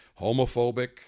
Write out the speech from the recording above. homophobic